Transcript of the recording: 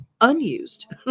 unused